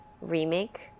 remake